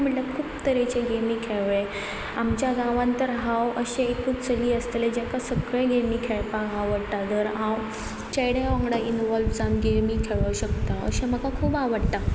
म्हणल्यार खूब तरेचे गेमी खेळ्ळे आमच्या गांवांत तर हांव अशें एकूच चली आसतलें जाका सगळें गेमी खेळपाक आवडटा जर हांव चेड्या वांगडा इनवॉल्व जावन गेमी खेळोंक शकता अशें म्हाका खूब आवडटा